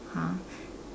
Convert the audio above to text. !huh!